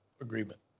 agreement